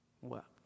wept